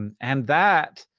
and and that,